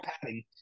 padding